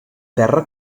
terra